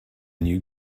new